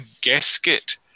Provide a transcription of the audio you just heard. gasket